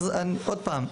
עוד פעם,